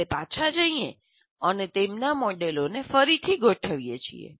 આપણે પાછા જઈએ અને તેમના મોડેલોને ફરીથી ગોઠવીએ છીએ